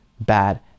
bad